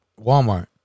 Walmart